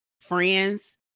friends